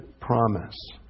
promise